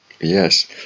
Yes